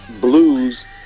blues